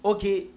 Okay